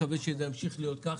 אני מקווה שזה ימשיך להיות כך.